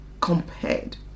Compared